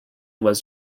was